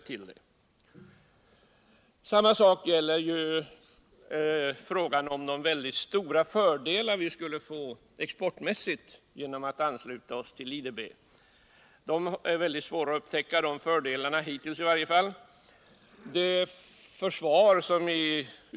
Detsamma gäller de väldigt stora fördelar vi skulle få exportmässigt genom att ansluta oss till IDB. Hittills i varje fall har det varit mycket svårt att upptäcka dessa fördelar.